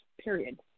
Period